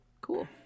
Cool